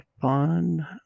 fun